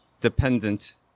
dependent